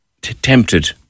tempted